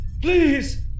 Please